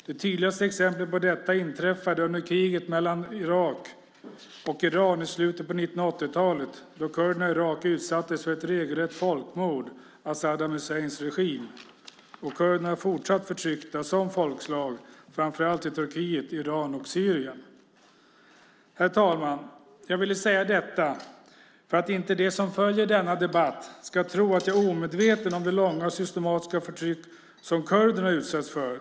Det tydligaste exemplet på detta inträffade under kriget emellan Irak och Iran i slutet på 1980-talet, då kurderna i Irak utsattes för ett regelrätt folkmord av Saddam Husseins regim. Kurderna är fortsatt förtyckta som folkslag, framför allt i Turkiet, Iran och Syrien. Herr talman! Jag ville säga detta för att de som följer denna debatt inte ska tro att jag är omedveten om det långa och systematiska förtryck som kurderna utsatts för.